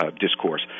discourse